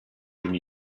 than